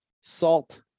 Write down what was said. salt